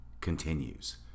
continues